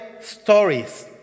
stories